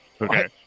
Okay